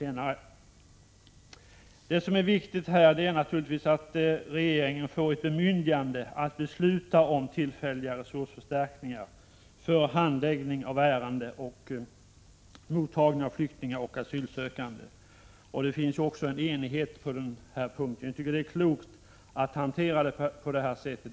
Det viktiga är därför att regeringen får ett bemyndigande att besluta om tillfälliga resursförstärkningar för handläggning av ärenden och mottagning av flyktingar och asylsökande. Det råder också enighet om att det är klokt att hantera frågan på det sättet.